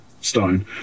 Stone